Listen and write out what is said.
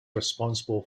responsible